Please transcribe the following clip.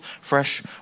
fresh